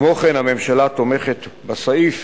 כמו כן הממשלה תומכת בסעיף